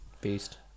beast